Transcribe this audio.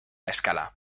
escala